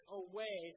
away